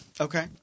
Okay